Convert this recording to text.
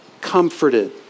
comforted